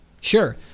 Sure